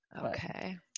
Okay